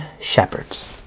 shepherds